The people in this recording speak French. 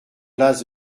place